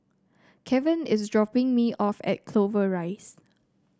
Keven is dropping me off at Clover Rise